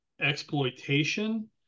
exploitation